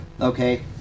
okay